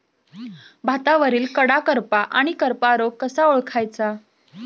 भातावरील कडा करपा आणि करपा रोग कसा ओळखायचा?